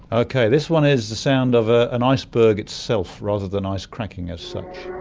okay, this one is the sound of ah an iceberg itself, rather than ice cracking as such.